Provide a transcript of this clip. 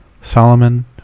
Solomon